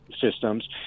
systems